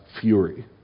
fury